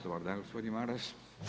Dobar dan gospodin Maras.